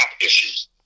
issues